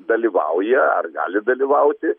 dalyvauja ar gali dalyvauti